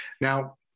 Now